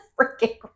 freaking